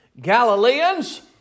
Galileans